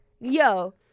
yo